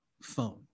phone